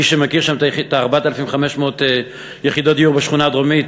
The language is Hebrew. מי שמכיר שם את 4,500 יחידות הדיור בשכונה הדרומית,